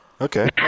Okay